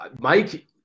Mike